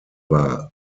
war